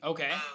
Okay